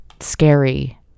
scary